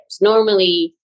Normally